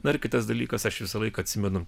na ir kitas dalykas aš visą laiką atsimenu